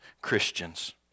Christians